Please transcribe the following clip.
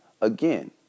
again